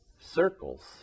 circles